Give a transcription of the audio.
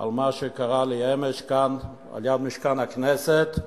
על מה שקרה אמש כאן, על-יד משכן הכנסת.